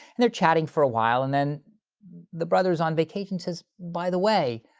and they're chatting for awhile, and then the brother who's on vacation says, by the way,